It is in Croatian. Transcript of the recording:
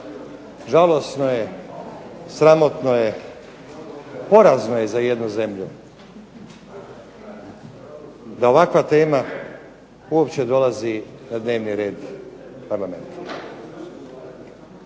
zapravo, sramotno je, porazno je za jednu zemlju da ovakva tema uopće dolazi na dnevni red parlamenta